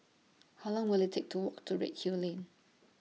How Long Will IT Take to Walk to Redhill Lane